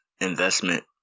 investment